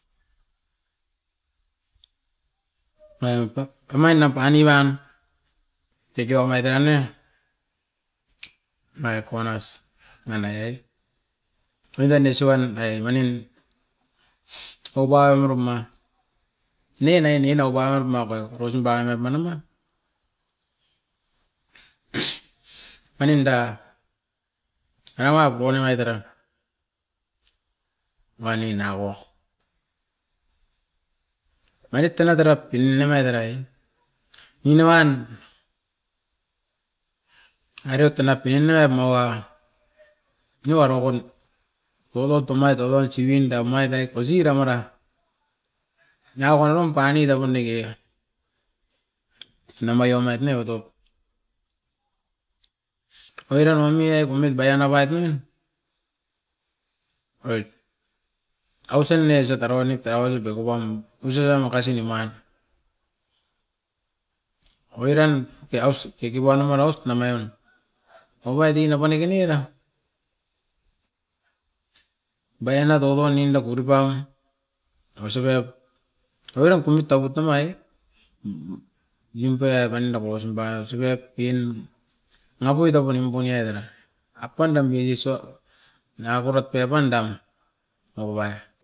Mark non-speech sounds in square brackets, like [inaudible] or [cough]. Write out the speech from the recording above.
Baim pep omain apan i baian teki omain tan ne, onai akonas nanaie ruen e suwan ai manin au pa murum na. Ninai nino parumaiko ousum panoit narumba, [noise] manin da rawap oin imai tera. Wani nangako mainit ena tera pin nimai terai nini airiot tan napui nimu ai moa, noa orokon bobokop tomait oiroit sibin dan omait dai kosira mara. Nangako nuirum panoit dakum dake re, namai omait ne eva top. Oiran omie kumit pai a nabait nien, orait ausin nesit taraua nit, taraua nit beku pam osirom makasi niman oiran ke aus kiki pu ainim maraus na meun. Aupaut i napa diki nera baian a ta okon indat ukurupam ausi pep oiram kumit tavut amai e, nimpe a panda kosin parait kosipep in nanga poit taup unimpuniet era. A panda midis o, nangako riot pep pandam, ovai.